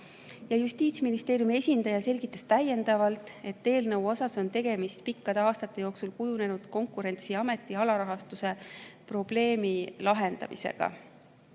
Justiitsministeeriumi esindaja selgitas täiendavalt, et eelnõu näol on tegemist pikkade aastate jooksul kujunenud Konkurentsiameti alarahastuse probleemi lahendamisega.